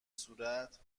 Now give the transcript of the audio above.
صورت